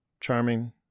charming